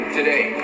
today